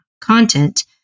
content